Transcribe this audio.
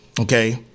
okay